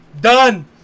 Done